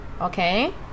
Okay